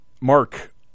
Mark